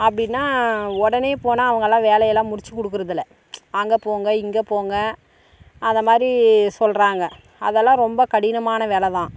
அப்படின்னா உடனே போனால் அவங்கள்லாம் வேலையெல்லாம் முடிச்சிக் கொடுக்கறதில்ல அங்கே போங்க இங்கே போங்க அத மாரி சொல்லுறாங்க அதெல்லாம் ரொம்ப கடினமான வேலை தான்